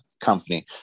company